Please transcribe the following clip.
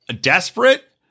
desperate